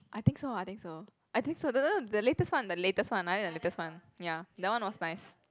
I think so I think so I think so the the the latest one the latest one I like the latest one ya that one was nice